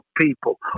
people